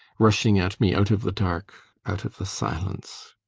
rushing at me out of the dark out of the silence.